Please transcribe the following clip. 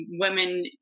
women